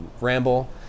ramble